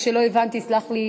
נתקבלה.